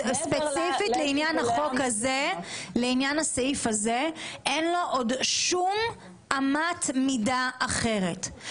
ספציפית לעניין הסעיף הזה אין לו עוד שום אמת מידה אחרת.